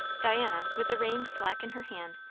diana, with the reins slack in her hand,